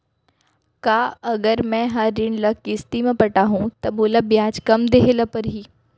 का अगर मैं हा ऋण ल किस्ती म पटाहूँ त मोला ब्याज कम देहे ल परही?